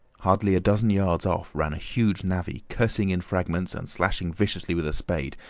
hardly a dozen yards off ran a huge navvy, cursing in fragments and slashing viciously with a spade,